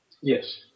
Yes